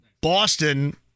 Boston